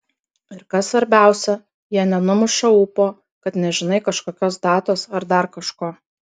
ir kas svarbiausia jie nenumuša ūpo kad nežinai kažkokios datos ar dar kažko